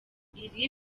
iri